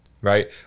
right